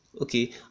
Okay